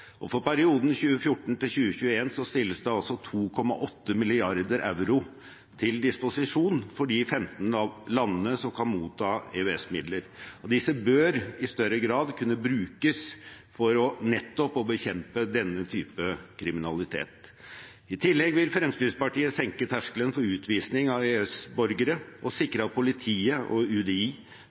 arbeidslivskriminalitet. For perioden 2014–2021 stilles 2,8 mrd. euro til disposisjon for de 15 landene som kan motta EØS-midler. Disse bør i større grad kunne brukes for nettopp å bekjempe denne typen kriminalitet. I tillegg vil Fremskrittspartiet senke terskelen for utvisning av EØS-borgere og sikre at politiet og UDI